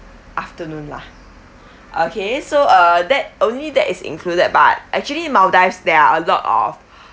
afternoon lah okay so uh that only that is included but actually maldives there are a lot of